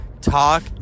talk